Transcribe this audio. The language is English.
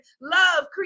love